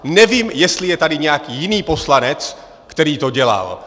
Nevím, jestli je tady nějaký jiný poslanec, který to dělal!